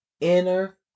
inner